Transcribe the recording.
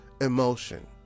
emotion